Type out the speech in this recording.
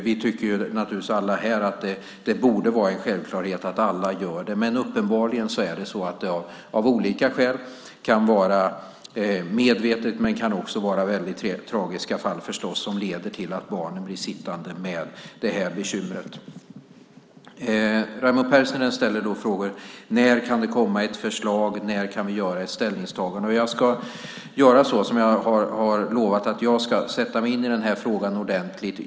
Vi tycker naturligtvis alla att det borde vara självklart att alla gör det. Uppenbarligen kan det finnas olika skäl - det kan vara medvetna eller mycket tragiska fall - som leder till att barnen blir sittande med det här bekymret. Raimo Pärssinen frågar: När kan det komma ett förslag? När kan vi göra ett ställningstagande? Jag ska göra som jag har lovat. Jag ska sätta mig in i frågan ordentligt.